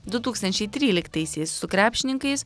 du tūkstančiai tryliktaisiais su krepšininkais